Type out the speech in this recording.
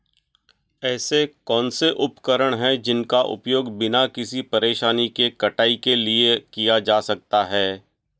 ऐसे कौनसे उपकरण हैं जिनका उपयोग बिना किसी परेशानी के कटाई के लिए किया जा सकता है?